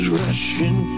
rushing